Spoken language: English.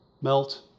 melt